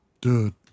dude